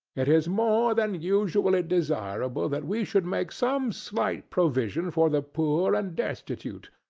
it is more than usually desirable that we should make some slight provision for the poor and destitute,